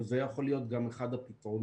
וזה יכול להיות גם אחד הפתרונות.